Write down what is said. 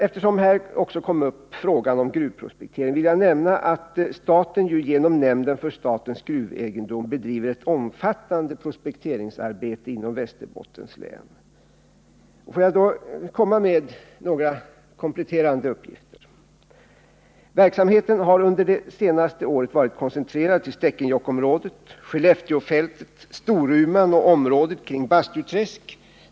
Eftersom frågan om gruvprospektering kom upp vill jag nämna att staten genom nämnden för statens gruvegendom bedriver ett omfattande prospekteringsarbete inom Västerbottens län. Jag vill i anslutning till detta lämna några kompletterande uppgifter. Verksamheten har under det senaste året varit koncentrerad till Stekenjokkområdet, Skellefteåfältet, Storuman och området kring Bastuträsk.